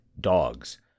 dogs